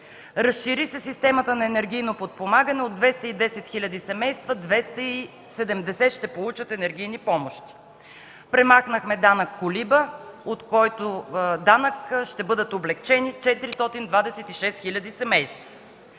Разшири се системата за енергийно подпомагане – от 210 хил., 270 хил.семейства ще получат енергийни помощи; премахнахме данък „колиба”, от който ще бъдат облекчени 426 хил. семейства.